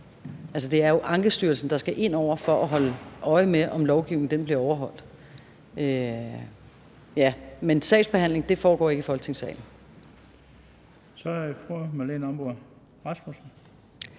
det er jo Ankestyrelsen, der skal ind over for at holde øje med, om lovgivningen bliver overholdt. Men sagsbehandling foregår ikke i Folketingssalen. Kl. 16:28 Den fg. formand